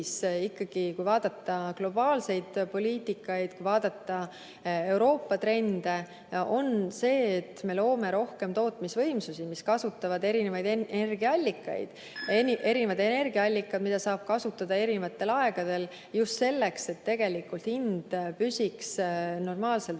kui vaadata globaalseid poliitikaid, kui vaadata Euroopa trende, on see, et me loome rohkem tootmisvõimsusi, mis kasutavad erinevaid energiaallikaid, mida saab kasutada erinevatel aegadel just selleks, et tegelikult hind püsiks normaalsel